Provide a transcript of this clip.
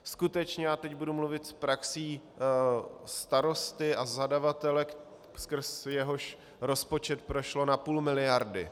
Skutečně, a teď budu mluvit s praxí starosty a zadavatele, skrz jehož rozpočet prošlo na půl miliardy.